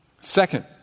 Second